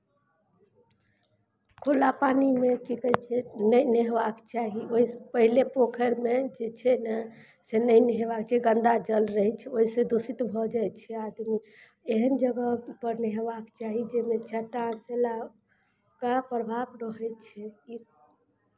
खुला पानिमे की कहै छै नहि नहयबाक चाही ओहि स् पहिले पोखरिमे जे छै ने से नहि नहयबाक चाही गन्दा जल रहै छै ओहिसँ दूषित भऽ जाइ छै आदमी एहन जगहपर नहयबाक चाही जाहिमे के प्रभाव रहै छै